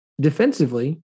Defensively